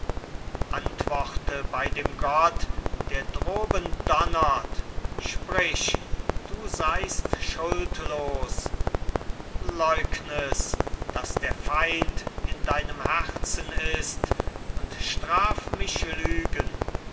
antworte bei dem gott der droben donnert sprich du seist schuldlos leugn es daß der feind in deinem herzen ist und straf mich lügen